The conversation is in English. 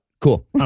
Cool